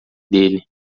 dele